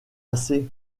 assez